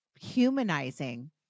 humanizing